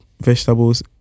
vegetables